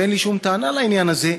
ואין לי שום טענה על העניין הזה,